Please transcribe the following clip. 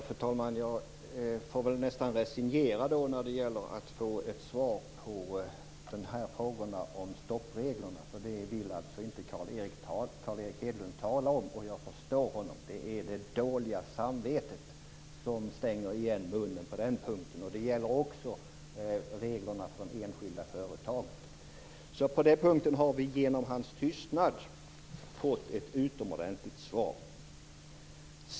Fru talman! Jag får väl nästan resignera när det gäller att få ett svar på frågan om stoppreglerna. Det vill alltså inte Carl Erik Hedlund tala om, och jag förstår honom. Det är det dåliga samvetet som stänger igen munnen på den punkten. Det gäller också reglerna för de enskilda företagen. På de punkterna har vi genom hans tystnad fått ett utomordentligt svar.